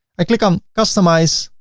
i click on customize.